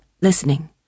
listening